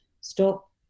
stop